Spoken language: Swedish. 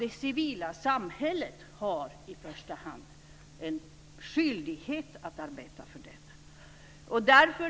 Det civila samhället har i första hand en skyldighet att arbeta för detta.